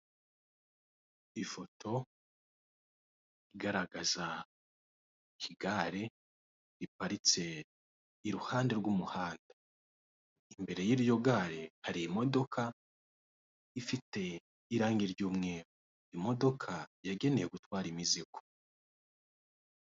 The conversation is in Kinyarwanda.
Ifoto igaragaza igare iparitse iruhande rw'umuhanda imbere y'iryo gare hari imodoka ifite irangi ry'umweru. Imodoka yagenewe gutwara imizigo.